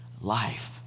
life